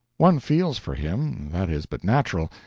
one feels for him that is but natural,